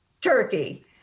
Turkey